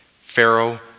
Pharaoh